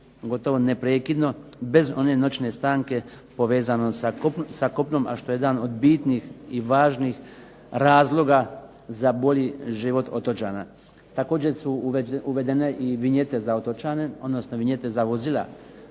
gotovo neprekidno bez one noćne stanke povezano sa kopnom, a što je jedan od bitnih i važnih razloga za bolji život otočana. Također su uvedene i vinjete za otočane, odnosno vinjete za vozila